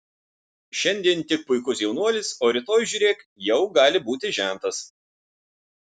šiandien tik puikus jaunuolis o rytoj žiūrėk jau gali būti žentas